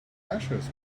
ashes